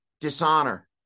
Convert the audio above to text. dishonor